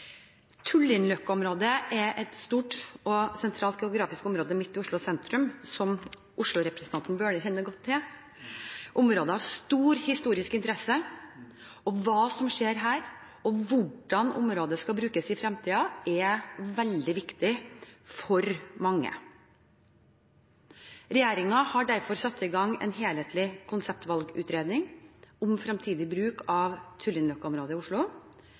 er et stort og sentralt geografisk område midt i Oslo sentrum, som Oslo-representanten Bøhler kjenner godt til. Området har stor historisk interesse. Hva som skjer her, og hvordan området skal brukes i fremtiden, er veldig viktig for mange. Regjeringen har derfor satt i gang en helhetlig konseptvalgutredning om fremtidig bruk av Tullinløkka-området i Oslo.